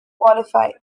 qualify